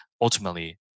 ultimately